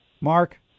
Mark